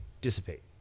dissipate